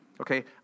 Okay